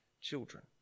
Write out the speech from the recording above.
children